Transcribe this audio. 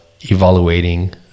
evaluating